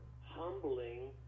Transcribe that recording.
humbling